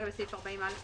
סעיף 40א לחוק,